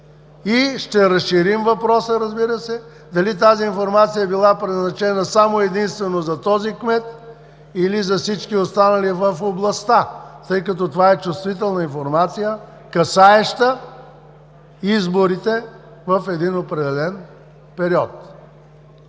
И ще разширим въпроса – дали тази информация е била предназначена само и единствено за този кмет или за всички останали в областта? Това е чувствителна информация, касаеща изборите в един определен период.